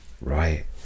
Right